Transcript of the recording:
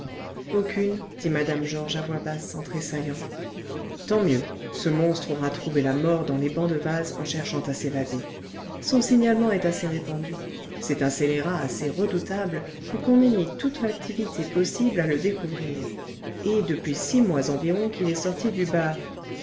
aucune dit mme georges à voix basse en tressaillant tant mieux ce monstre aura trouvé la mort dans les bancs de vase en cherchant à s'évader son signalement est assez répandu c'est un scélérat assez redoutable pour qu'on ait mis toute l'activité possible à le découvrir et depuis six mois environ qu'il est sorti du ba